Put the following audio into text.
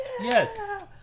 Yes